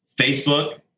Facebook